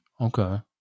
Okay